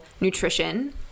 nutrition